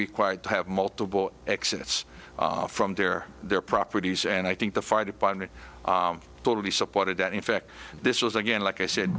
required to have multiple exits from their their properties and i think the fire department totally supported that in fact this was again like i said